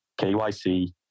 KYC